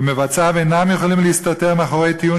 ומבצעיו אינם יכולים להסתתר מאחורי טיעון